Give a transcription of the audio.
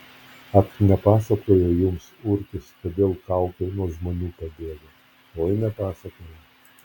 ak nepasakojo jums urkis kodėl kaukai nuo žmonių pabėgo oi nepasakojo